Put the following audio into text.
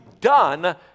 done